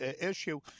issue